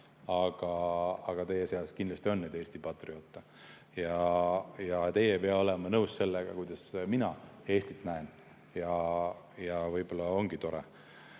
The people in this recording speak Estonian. aga teie seas kindlasti on Eesti patrioote. Teie ei pea olema nõus ka sellega, kuidas mina Eestit näen. Võib-olla ongi tore,